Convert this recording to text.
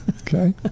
Okay